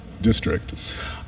district